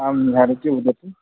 आम् नरचि वदति